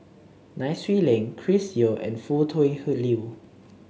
Nai Swee Leng Chris Yeo and Foo Tui Liew